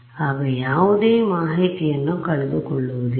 ಆಗ ಯಾವುದೇ ಮಾಹಿತಿಯನ್ನು ಕಳೆದುಕೊಳ್ಳುವುದಿಲ್ಲ